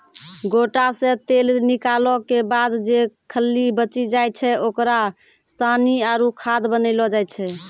गोटा से तेल निकालो के बाद जे खल्ली बची जाय छै ओकरा सानी आरु खाद बनैलो जाय छै